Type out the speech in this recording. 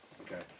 Okay